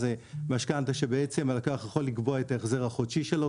זה משכנתא שבעצם הלקוח יכול לקבוע את ההחזר החודשי שלו.